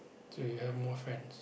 so you have more friends